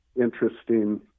interesting